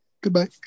Goodbye